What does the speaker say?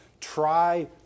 Try